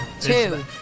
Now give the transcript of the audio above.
Two